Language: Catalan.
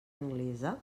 anglesa